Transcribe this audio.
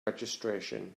registration